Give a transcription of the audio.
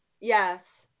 Yes